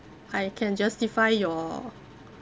I can justify your